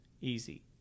easy